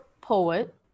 poet